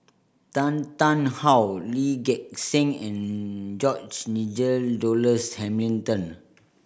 Tan Tarn How Lee Gek Seng and George Nigel Douglas Hamilton